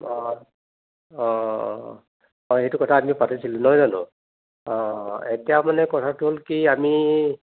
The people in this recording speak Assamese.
অঁ অঁ অঁ হয় সেইটো কথা আমি পাতিছিলোঁ নহয় জানো অঁ এতিয়া মানে কথাটো হ'ল কি আমি